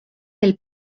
del